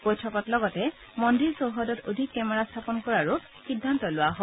বৈঠকত লগতে মন্দিৰ চৌহদত অধিক কেমেৰা স্থাপন কৰাৰো সিদ্ধান্ত লোৱা হয়